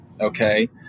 Okay